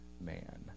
man